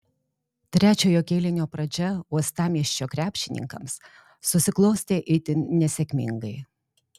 trečiojo kėlinio pradžia uostamiesčio krepšininkams susiklostė itin nesėkmingai